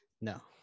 No